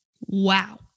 Wow